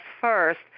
first